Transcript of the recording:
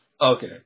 Okay